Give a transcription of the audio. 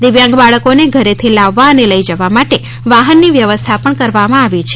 દિવ્યાંગ બાળકો ને ઘરે થી લાવવા અને લઈ જવા માટે વાહન ની વ્યવસ્થા પણ કરવામાં આવી છે